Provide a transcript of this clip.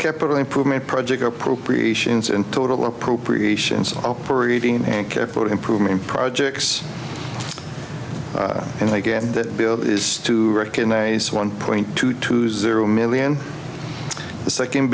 capital improvement project appropriations and total appropriations operating and care for the improvement projects and i get that bill is to recognize one point two two zero million the second